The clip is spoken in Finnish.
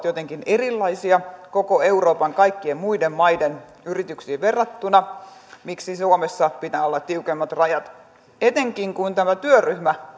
jotenkin erilaisia koko euroopan kaikkien muiden maiden yrityksiin verrattuna ja miksi suomessa pitää olla tiukemmat rajat etenkin kun tämä työryhmä